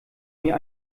mir